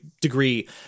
degree